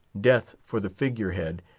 death for the figure-head,